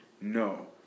no